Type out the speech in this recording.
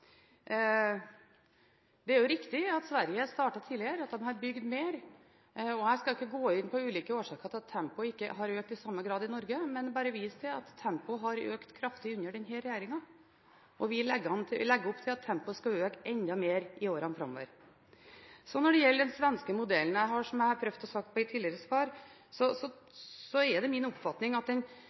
Det er riktig at Sverige startet tidligere, at de har bygd mer. Jeg skal ikke gå inn på ulike årsaker til at tempoet ikke har økt i samme grad i Norge, men jeg vil bare vise til at tempoet har økt kraftig under denne regjeringen. Vi legger opp til at tempoet skal øke enda mer i årene framover. Så til den svenske modellen: Som jeg har prøvd å si i tidligere svar, er det min oppfatning at den